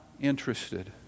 interested